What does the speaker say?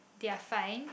they are fine